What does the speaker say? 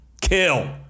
Kill